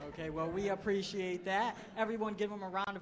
ok well we appreciate that everyone give him a round